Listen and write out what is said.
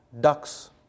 ducks